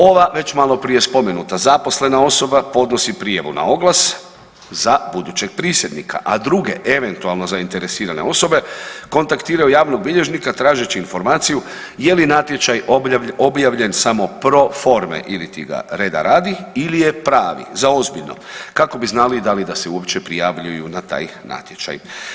Ova već maloprije spomenuta zaposlena osoba podnosi prijavu na oglas za budućeg prisjednika, a druge eventualno zainteresirane osobe kontaktiraju javnog bilježnika tražeći informaciju je li natječaj objavljen samo pro forme ilitiga reda radi ili je pravi zaozbiljno kako bi znali da li da se uopće prijavljuju na taj natječaj.